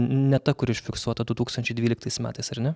ne ta kuri užfiksuota du tūkstančiai dvyliktais metais ar ne